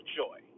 joy